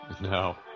No